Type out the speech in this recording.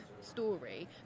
story